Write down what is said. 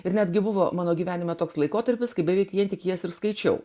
ir netgi buvo mano gyvenime toks laikotarpis kai beveik vien tik jas ir skaičiau